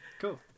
Cool